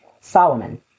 Solomon